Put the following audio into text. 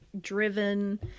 Driven